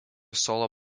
solo